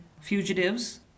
fugitives